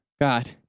God